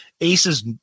ace's